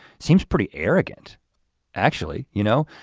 seems pretty arrogant actually you know.